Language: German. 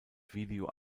video